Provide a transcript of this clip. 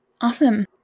Awesome